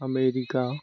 America